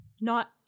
Not-